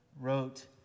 wrote